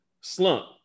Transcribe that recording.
slump